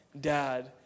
dad